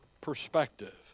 perspective